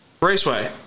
Raceway